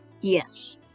Yes